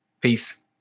peace